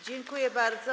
Dziękuję bardzo.